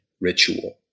ritual